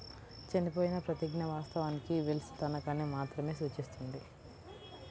చనిపోయిన ప్రతిజ్ఞ, వాస్తవానికి వెల్ష్ తనఖాని మాత్రమే సూచిస్తుంది